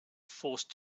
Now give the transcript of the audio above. forced